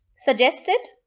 suggested,